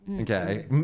okay